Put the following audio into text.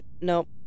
nope